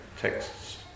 texts